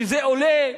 שזה עולה,